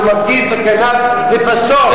כשהוא מרגיש סכנת נפשות,